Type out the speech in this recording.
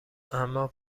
اما